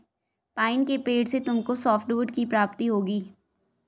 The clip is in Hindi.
पाइन के पेड़ से तुमको सॉफ्टवुड की प्राप्ति होगी